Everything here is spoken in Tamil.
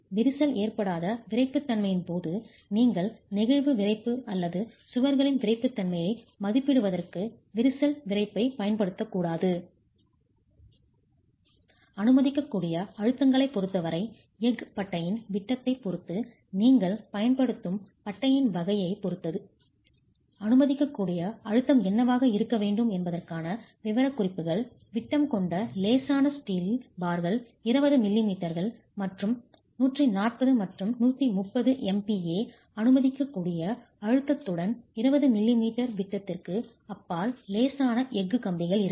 விரிசல் ஏற்படாத விறைப்புத்தன்மையின் போது நீங்கள் நெகிழ்வு விறைப்பு அல்லது சுவர்களின் விறைப்புத்தன்மையை மதிப்பிடுவதற்கு விரிசல் விறைப்பைப் பயன்படுத்தக்கூடாது அனுமதிக்கக்கூடிய அழுத்தங்களைப் பொறுத்தவரை எஃகு பட்டையின் விட்டத்தைப் பொறுத்து நீங்கள் பயன்படுத்தும் பட்டையின் வகையைப் பொறுத்து அனுமதிக்கக்கூடிய அழுத்தம் என்னவாக இருக்க வேண்டும் என்பதற்கான விவரக்குறிப்புகள் விட்டம் கொண்ட லேசான ஸ்டீல் பார்கள் 20 மில்லிமீட்டர்கள் மற்றும் 140 மற்றும் 130 MPa அனுமதிக்கக்கூடிய அழுத்தத்துடன் 20 மில்லிமீட்டர் விட்டத்திற்கு அப்பால் லேசான எஃகு கம்பிகள் இருக்கும்